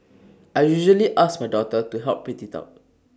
I usually ask my daughter to help print IT out